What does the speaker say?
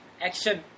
action